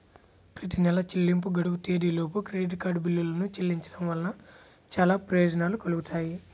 ప్రతి నెలా చెల్లింపు గడువు తేదీలోపు క్రెడిట్ కార్డ్ బిల్లులను చెల్లించడం వలన చాలా ప్రయోజనాలు కలుగుతాయి